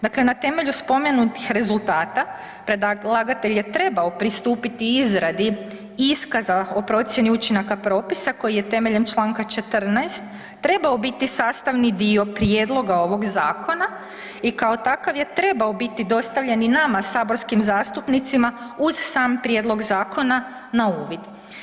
Dakle, na temelju spomenutih rezultata predlagatelj je trebao pristupiti izradi iskaza o procjeni učinaka propisa koji je temeljem čl. 14. trebao biti sastavni dio prijedloga ovoga zakona i kao takav je trebao biti dostavljen i nama saborskim zastupnicima uz sam prijedlog zakona na uvid.